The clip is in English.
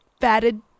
fatted